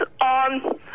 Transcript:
on